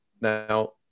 now